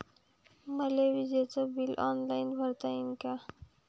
मले विजेच bill online भरता येईन का?